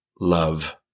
love